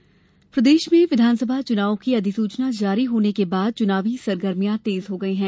चुनाव गतिविधी प्रदेश में विधानसभा चुनाव की अधिसूचना जारी होने के बाद चुनावी सरगर्मियां तेज हो गई हैं